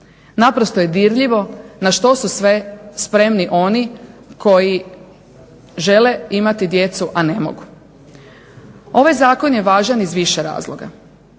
Naprosto je dirljivo na što su sve spremni oni koji žele imati djecu a ne mogu. Ovaj zakon je važan iz više razloga.